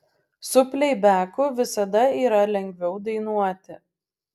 su pleibeku visada yra lengviau dainuoti